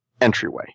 entryway